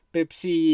Pepsi